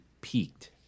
peaked